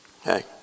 Hey